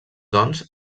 doncs